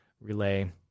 relay